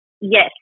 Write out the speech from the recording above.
Yes